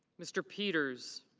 mr. peters.